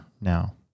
now